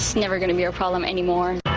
never going to be a problem anymore.